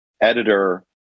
editor